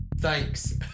Thanks